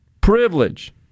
privilege